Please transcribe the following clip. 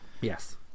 Yes